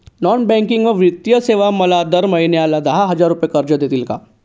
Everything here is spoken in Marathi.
नॉन बँकिंग व वित्तीय सेवा मला दर महिन्याला दहा हजार रुपये कर्ज देतील का?